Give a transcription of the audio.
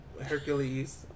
Hercules